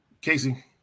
Casey